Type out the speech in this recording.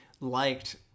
liked